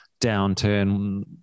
downturn